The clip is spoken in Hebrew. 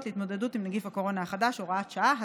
להתמודדות עם נגיף הקורונה החדש (הוראת שעה),